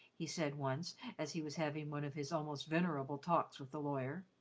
he said once as he was having one of his almost venerable talks with the lawyer.